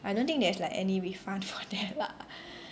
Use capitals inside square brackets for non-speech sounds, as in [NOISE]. I don't think there's like any refund [LAUGHS] for that lah [LAUGHS]